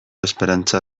esperantza